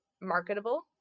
marketable